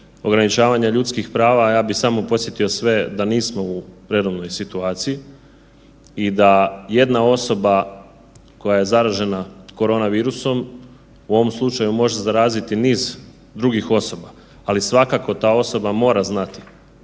ograničavanja ljudskih prava, ja bi samo podsjetio sve da nismo u redovnoj situaciji i da jedna osoba koja je zaražena koronavirusom u ovom slučaju može zaraziti niz drugih osoba, ali svakako ta osoba mora znati